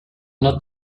not